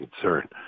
concern